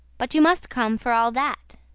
but you must come for all that.